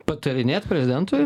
patarinėt prezidentui